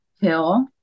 hill